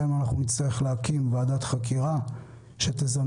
גם אם נצטרך להקים ועדת חקירה שתזמן,